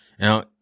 Now